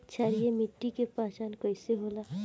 क्षारीय मिट्टी के पहचान कईसे होला?